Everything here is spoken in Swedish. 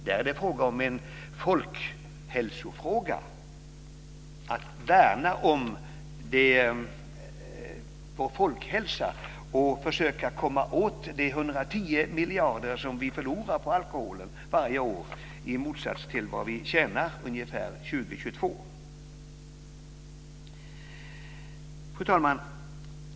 Där är det fråga om att värna om vår folkhälsa och att försöka komma åt de 110 miljarder som vi förlorar på alkoholen varje år, i motsats till de 20-22 miljarder vi tjänar. Fru talman!